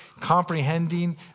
comprehending